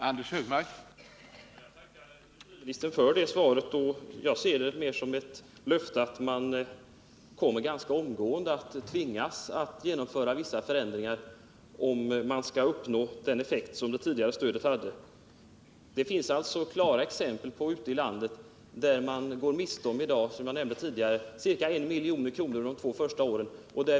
Herr talman! Jag tackar industriministern för det svaret och ser det som en antydan om att man ganska snart kan se sig tvingad att göra vissa förändringar för att uppnå det tidigare stödets effekt. Ute i landet finns det alltså klara exempel på att man, som jag nämnde förut, går miste om ca 1 milj.kr. i stöd under de två första åren.